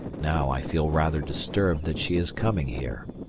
now, i feel rather disturbed that she is coming here,